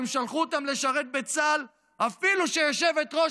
הם שלחו אותם לשרת בצה"ל אפילו שיושבת-ראש